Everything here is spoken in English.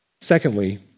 Secondly